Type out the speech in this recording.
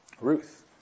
Ruth